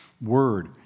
Word